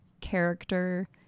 character